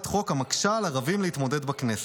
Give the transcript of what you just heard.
חוק המקשה על ערבים להתמודד בכנסת".